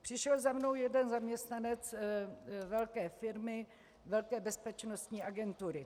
Přišel za mnou jeden zaměstnanec velké firmy, velké bezpečnostní agentury.